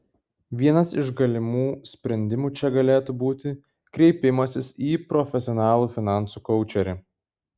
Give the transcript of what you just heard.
vienas iš galimų sprendimų čia galėtų būti kreipimasis į profesionalų finansų koučerį